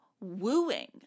wooing